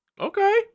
Okay